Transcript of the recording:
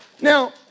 Now